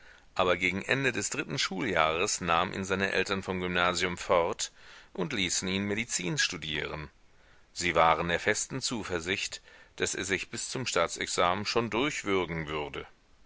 aber gegen ende des dritten schuljahres nahmen ihn seine eltern vom gymnasium fort und ließen ihn medizin studieren sie waren der festen zuversicht daß er sich bis zum staatsexamen schon durchwürgen würde